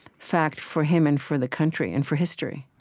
fact for him and for the country and for history